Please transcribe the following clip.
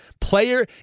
player